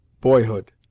BOYHOOD